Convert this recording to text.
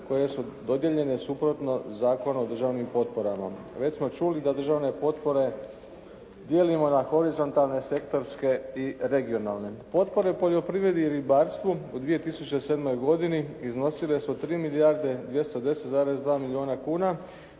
koje su dodijeljene suprotno Zakonu o državnim potporama. Već smo čuli da državne potpore dijelimo na: horizontalne, sektorske i regionalne. Potpore poljoprivredi i ribarstvu u 2007. godini iznosile su 3 milijarde 210,2